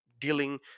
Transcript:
dealing